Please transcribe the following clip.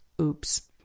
Oops